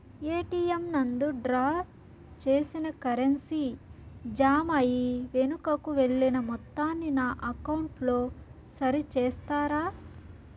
ATM నందు draw చేసిన currency జామ అయి వెనుకకు వెళ్లిన మొత్తాన్ని నా అకౌంట్ లో సరి చేస్తారా?